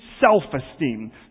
self-esteem